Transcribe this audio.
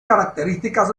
características